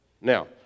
Now